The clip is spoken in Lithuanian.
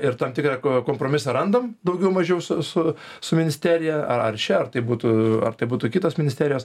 ir tam tikrą kompromisą randam daugiau mažiau su su su ministerija ar čia ar tai būtų ar tai būtų kitos ministerijos